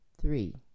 three